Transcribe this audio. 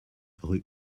rue